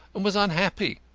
and was unhappy.